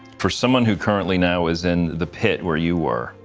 for someone who currently now is in the pit where you were,